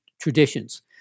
traditions